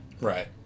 Right